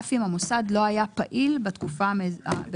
אף אם המוסד לא היה פעיל בתקופה" --- את